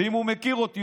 ואם הוא מכיר אותי,